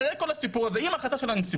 אחרי כל הסיפור הזה עם ההחלטה של הנציבות